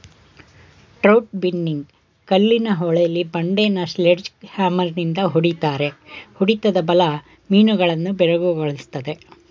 trout ಬಿನ್ನಿಂಗ್ ಕಲ್ಲಿನ ಹೊಳೆಲಿ ಬಂಡೆನ ಸ್ಲೆಡ್ಜ್ ಹ್ಯಾಮರ್ನಿಂದ ಹೊಡಿತಾರೆ ಹೊಡೆತದ ಬಲ ಮೀನುಗಳನ್ನು ಬೆರಗುಗೊಳಿಸ್ತದೆ